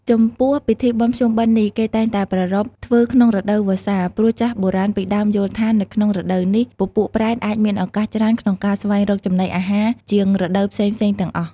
ចំពោះពិធីបុណ្យភ្ជុំបិណ្ឌនេះ គេតែងតែប្រារព្ធនៅក្នុងរដូវវស្សា ព្រោះចាស់បុរាណពីដើមយល់ថា នៅក្នុងរដូវនេះ ពពួកប្រែតអាចមានឱកាសច្រើនក្នុងការស្វែងរកចំណីអាហារជាងរដូវផ្សេងៗទាំងអស់។